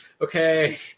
Okay